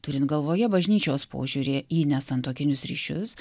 turint galvoje bažnyčios požiūrį į nesantuokinius ryšius